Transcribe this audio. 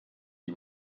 die